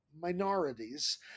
minorities